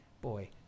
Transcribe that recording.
boy